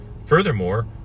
Furthermore